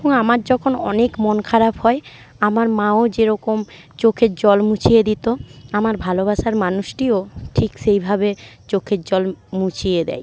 এবং আমার যখন অনেক মন খারাপ হয় আমার মাও যেরকম চোখের জল মুছিয়ে দিত আমার ভালোবাসার মানুষটিও ঠিক সেইভাবে চোখের জল মুছিয়ে দেয়